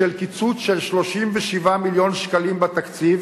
בשל קיצוץ של 37 מיליון שקלים בתקציב,